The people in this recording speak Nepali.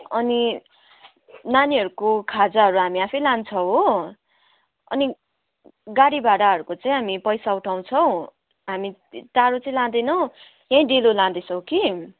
अनि नानीहरूको खाजाहरू हामी आफै लान्छौँ हो अनि गाडी भाडाहरूको चाहिँ हामी पैसा उठाउँछौँ हामी टाढो चाहिँ लाँदैनौँ यहीँ डेलो लाँदैछौँ कि